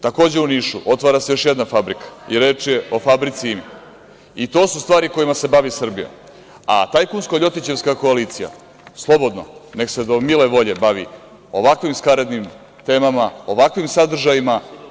Takođe, u Nišu, otvara se još jedna fabrika i reč je o fabrici, i to su stvari kojima se bavi Srbija, a tajkunsko-ljotićevska koalicija, slobodno neka se do mile volje bavi ovakvim skaradnim temama, ovakvim sadržajima.